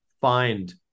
find